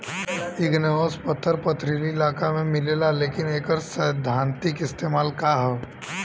Igneous पत्थर पथरीली इलाका में मिलेला लेकिन एकर सैद्धांतिक इस्तेमाल का ह?